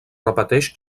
repeteix